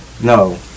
No